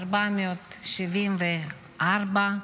ה-474,